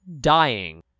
dying